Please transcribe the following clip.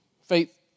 faith